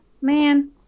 Man